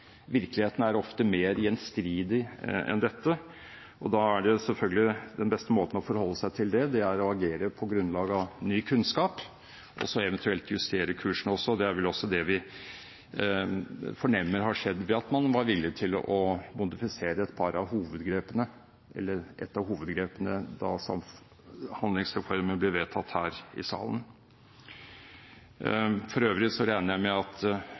Virkeligheten er ofte mer gjenstridig enn dette, og da er selvfølgelig den beste måten å forholde seg til det på, å agere på grunnlag av ny kunnskap og så eventuelt justere kursen også. Det er vel også det vi fornemmer har skjedd, ved at man var villig til å modifisere et par av hovedgrepene, eller et av hovedgrepene, da samhandlingsreformen ble vedtatt her i salen. For øvrig regner jeg med at